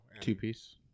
Two-piece